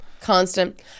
constant